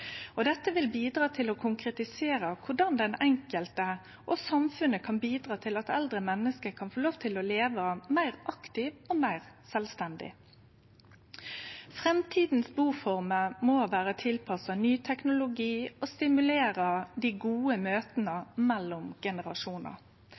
vil bidra til å konkretisere korleis den einskilde og samfunnet kan bidra til at eldre menneske kan få lov til å leve meir aktivt og meir sjølvstendig. Framtidas buformer må vere tilpassa ny teknologi og stimulere dei gode